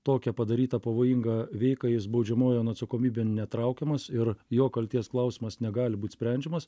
tokią padarytą pavojingą veiką jis baudžiamojon atsakomybėn netraukiamas ir jo kaltės klausimas negali būt sprendžiamas